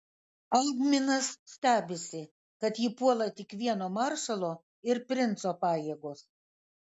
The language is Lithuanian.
algminas stebisi kad jį puola tik vieno maršalo ir princo pajėgos